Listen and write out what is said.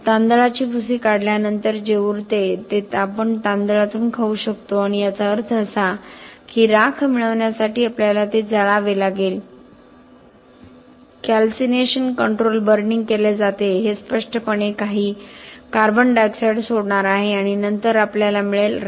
तर तांदळाची भुसी काढल्यानंतर जे उरते ते आपण तांदूळातून खाऊ शकतो आणि याचा अर्थ असा की राख मिळविण्यासाठी आपल्याला ते जाळावे लागेल कॅल्सिनेशन कंट्रोल बर्निंग केले जाते हे स्पष्टपणे काही CO2 सोडणार आहे आणि नंतर आपल्याला मिळेल